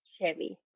chevy